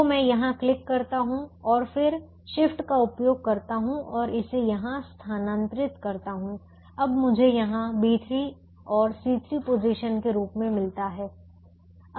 तो मैं यहां क्लिक करता हूं और फिर शिफ्ट का उपयोग करता हूं और इसे यहां स्थानांतरित करता हूं अब मुझे यहां B3 और C3 पोजीशन के रूप में मिलता है